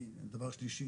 דבר שלישי,